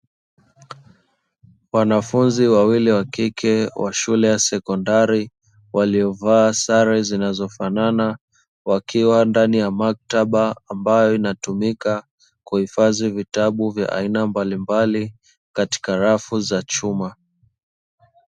Wanafunzi wawili wa kike wa shule ya sekondari waliovaa sare zinazofanana, wakiwa ndani ya maktaba ambayo inatumika kuhifadhi vitabu vya aina mbalimbali katika rafu za chuma.